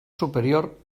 superior